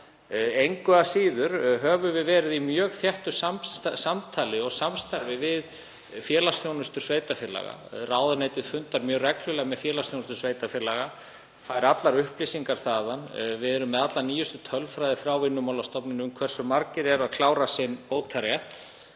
Engu að síður höfum við verið í mjög þéttu samtali og samstarfi við félagsþjónustu sveitarfélaga. Ráðuneytið fundar mjög reglulega með félagsþjónustu sveitarfélaga og fær allar upplýsingar þaðan. Við erum með alla nýjustu tölfræði frá Vinnumálastofnun um hversu margir eru að klára sinn bótarétt